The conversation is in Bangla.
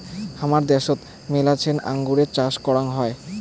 হামাদের দ্যাশোত মেলাছেন আঙুরের চাষ করাং হই